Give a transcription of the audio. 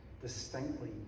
distinctly